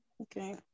Okay